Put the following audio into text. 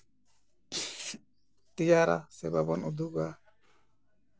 ᱛᱮᱭᱟᱨᱟ ᱥᱮ ᱵᱟᱵᱚᱱ ᱩᱫᱩᱜᱟ